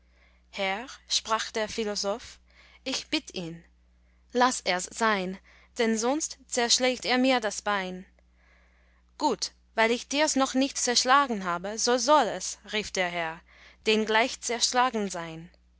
herr sprach der philosoph ich bitt ihn laß ers sein denn sonst zerschlägt er mir das bein gut weil ich dirs noch nicht zerschlagen habe so soll es rief der herr denn gleich zerschlagen sein